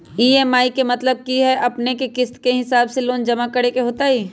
EMI के मतलब है कि अपने के किस्त के हिसाब से लोन जमा करे के होतेई?